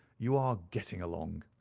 you are getting along.